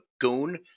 goon